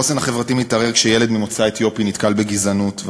החוסן החברתי מתערער כשילד ממוצא אתיופי נתקל בגזענות,